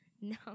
no